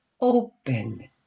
Open